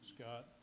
Scott